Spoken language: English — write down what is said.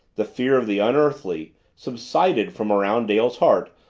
the fear of the unearthly, subsided from around dale's heart,